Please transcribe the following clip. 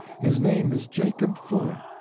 his name is jacob fuller.